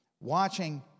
watching